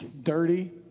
dirty